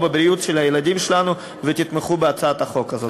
בבריאות של הילדים שלנו ותתמכו בהצעת החוק הזאת.